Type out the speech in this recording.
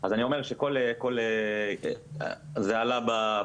אז אני אתייחס לשני דברים שעלו בדוח.